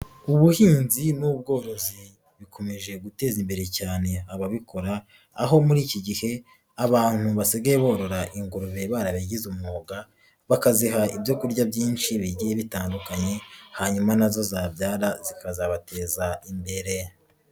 Ubuhinzi n'ubworozi bikomeje guteza imbere cyane ababikora, aho muri iki gihe abantu basigaye borora ingurube barabigize umwuga, bakaziha ibyo kurya byinshi bigiye bitandukanye, hanyuma na zo zabyara zikazabateza imbere.